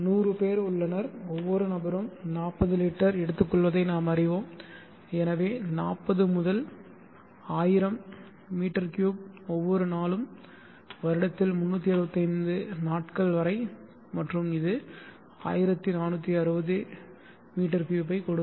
100 பேர் உள்ளனர் ஒவ்வொரு நபரும் 40 லிட்டர் எடுத்துக்கொள்வதை நாம் அறிவோம் எனவே 40 முதல் 1000 மீ 3 ஒவ்வொரு நாளும் வருடத்தில் 365 நாட்கள் வரை மற்றும் இது 1460 மீ 3 ஐக் கொடுக்கும்